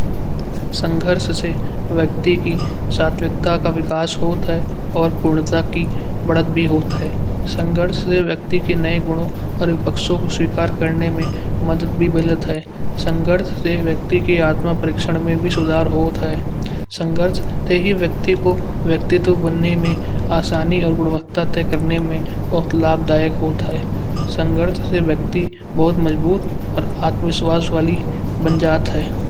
संघर्ष से व्यक्ति की सात्विकता का विकास होता है और पूर्णता की बढ़त भी होता है। संघर्ष से व्यक्ति के नए गुणों और विपक्षों को स्वीकार करने में मदद भी मिलत है। संघर्ष से व्यक्ति की आत्मा परीक्षा में भी सुधार होत है। संघर्ष ते ही व्यक्ति को व्यक्तित्व बनने में आसानी और गुणवत्ता तय करने में बहुत लाभदायक होता है। संघर्ष से व्यक्ति बहुत मजबूत और आत्मविश्वास वाली बन जात है।